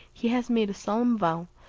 he has made a solemn vow,